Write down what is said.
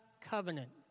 covenant